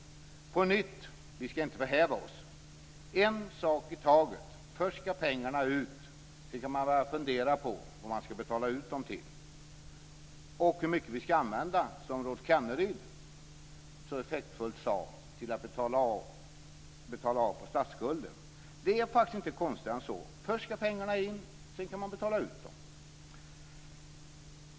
På nytt vill jag säga att vi inte ska förhäva oss utan ta en sak i taget. Först ska pengarna in. Sedan kan man börja fundera på vad man ska betala ut dem till och hur mycket vi ska använda, som Rolf Kenneryd så effektfullt sade, till att betala av på statsskulden. Det är faktiskt inte konstigare än så. Först ska pengarna in. Sedan kan man betala ut dem.